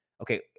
okay